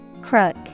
Crook